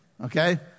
Okay